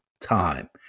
time